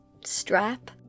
strap